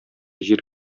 җир